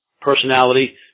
personality